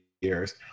years